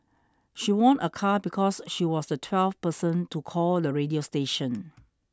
she won a car because she was the twelfth person to call the radio station